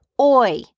Oi